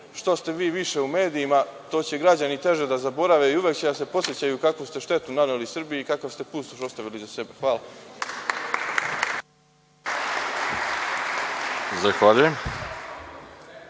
što ste vi više u medijima, to će građani teže da zaborave i uvek će da se podsećaju kakvu ste štetu naneli Srbiji i kakav ste pustoš ostavili iza sebe. Hvala.